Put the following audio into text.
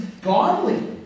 godly